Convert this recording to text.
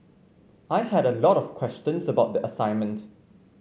I had a lot of questions about the assignment